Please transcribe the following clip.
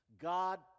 God